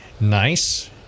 nice